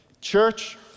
Church